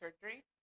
surgery